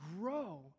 grow